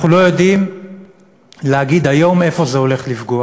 אנחנו לא יודעים להגיד היום איפה זה הולך לפגוע